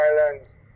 Islands